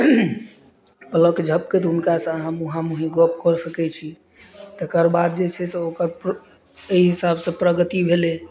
plug झपके तऽ हुनकासँ हम वहाँ मुही गप कऽ सकै छी तकर बाद जे छै से ओकर एहि हिसाबसँ प्रगति भेलै